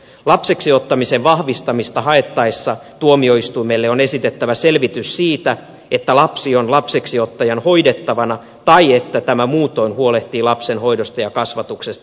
lapseksiottamisen vahvistamista haettaessa tuomioistuimelle on esitettävä selvitys siitä että lapsi on lapseksiottajan hoidettavana tai että tämä muutoin huolehtii lapsen hoidosta ja kasvatuksesta